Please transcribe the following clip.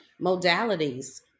modalities